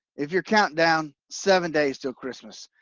if you're counting down seven days till christmas.